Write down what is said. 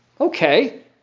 Okay